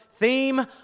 Theme